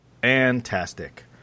fantastic